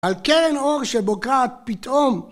על קרן אור שבוקעת פתאום